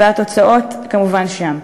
והתוצאות כמובן שם.